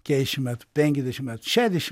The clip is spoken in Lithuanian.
keturiasdešim metų penkiasdešim metų šešiasdešim